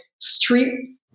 street